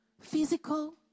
physical